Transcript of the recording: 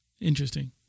Interesting